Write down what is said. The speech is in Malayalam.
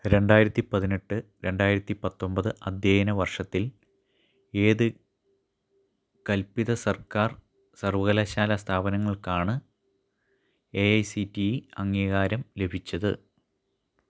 രണ്ടായിരത്തി പതിനെട്ട് രണ്ടായിരത്തി പത്തൊമ്പത് അധ്യയന വർഷത്തിൽ ഏത് കൽപ്പിത സർക്കാർ സർവകലാശാല സ്ഥാപനങ്ങൾക്കാണ് A I C T E അംഗീകാരം ലഭിച്ചത്